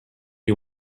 you